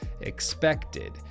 expected